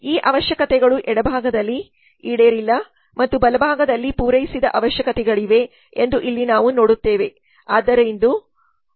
ಈ ಅವಶ್ಯಕತೆಗಳು ಎಡಭಾಗದಲ್ಲಿ ಈಡೇರಿಲ್ಲ ಮತ್ತು ಬಲಭಾಗದಲ್ಲಿ ಪೂರೈಸಿದ ಅವಶ್ಯಕತೆಗಳಿವೆ ಎಂದು ಇಲ್ಲಿ ನಾವು ನೋಡುತ್ತೇವೆ